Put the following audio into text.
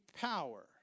power